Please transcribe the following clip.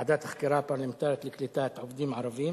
ועדת החקירה הפרלמנטרית לקליטת עובדים ערבים,